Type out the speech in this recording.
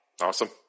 Awesome